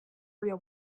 real